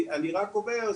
אני רק אומר,